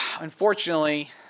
Unfortunately